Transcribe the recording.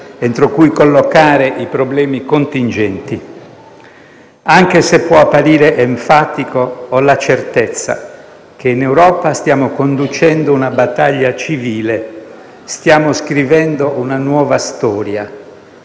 entro cui collocare i problemi contingenti. Anche se può apparire enfatico, ho la certezza che in Europa stiamo conducendo una battaglia civile, stiamo scrivendo una nuova storia.